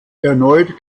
erneut